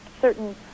certain